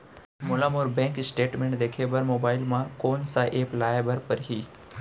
मोला मोर bank statement देखे बर मोबाइल मा कोन सा एप ला लाए बर परही?